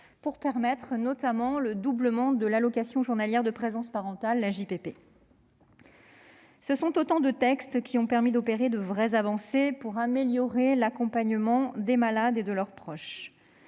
pour permettre, notamment, le doublement de l'allocation journalière de présence parentale (AJPP). Ces textes ont permis de véritables avancées et amélioré l'accompagnement des malades et de leurs proches.